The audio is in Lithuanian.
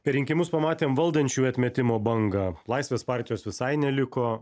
per rinkimus pamatėm valdančiųjų atmetimo bangą laisvės partijos visai neliko